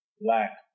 Black